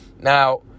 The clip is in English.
Now